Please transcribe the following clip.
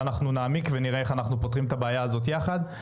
נעמיק ונראה איך אנחנו פותרים את הבעיה הזאת ביחד.